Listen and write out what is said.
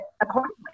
accordingly